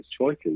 choices